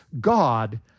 God